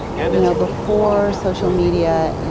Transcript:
and know, before social media and